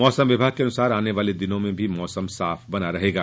मौसम विभाग के अनुसार आने वाले दिनों में भी मौसम साफ बना रहेगा